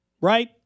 right